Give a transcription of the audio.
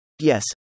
Yes